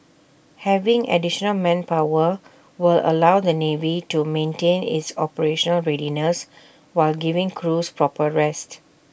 having additional manpower will allow the navy to maintain its operational readiness while giving crews proper rest